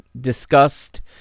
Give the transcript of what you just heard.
discussed